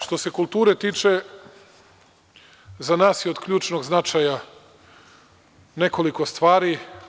Što se tiče kulture, za nas je od ključnog značaja nekoliko stvari.